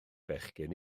bechgyn